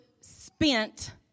spent